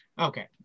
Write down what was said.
okay